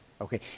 okay